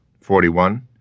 Forty-one